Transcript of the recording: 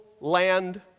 land